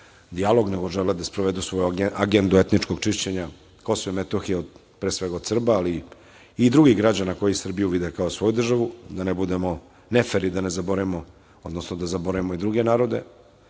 dijalog, nego žele da sprovedu svoju agendu etničkog čišćenja, KiM, pre svega od Srba, ali i drugih građana koji Srbiju vide kao svoju državu, da ne budemo nefer i da ne zaboravimo i druge narode,